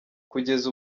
kugeza